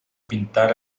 pintar